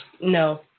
No